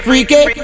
Freaky